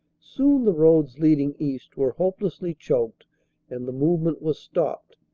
soon the roads leading east were hopelessly choked and the movement was stopped.